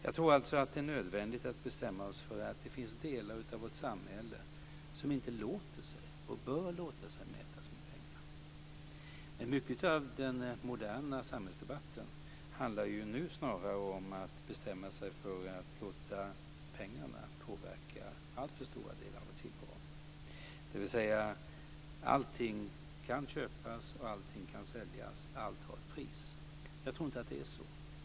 Jag tror alltså att det är nödvändigt för oss att bestämma oss för att det finns delar av vårt samhälle som inte låter sig och inte bör låta sig mätas med pengar. Mycket av den moderna samhällsdebatten handlar ju nu snarare om att bestämma sig för att låta pengarna påverka alltför stora delar av vår tillvaro. Allting kan köpas och allting kan säljas, allt har ett pris. Jag tror inte att det är så.